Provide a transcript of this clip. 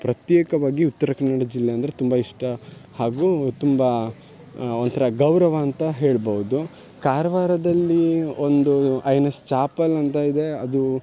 ಪ್ರತ್ಯೇಕವಾಗಿ ಉತ್ತರ ಕನ್ನಡ ಜಿಲ್ಲೆ ಅಂದರೆ ತುಂಬ ಇಷ್ಟ ಹಾಗೂ ತುಂಬ ಒಂಥರ ಗೌರವ ಅಂತ ಹೇಳ್ಬೌದು ಕಾರವಾರದಲ್ಲಿ ಒಂದು ಐ ನ್ ಎಸ್ ಚಾಪಲ್ ಅಂತ ಇದೆ ಅದು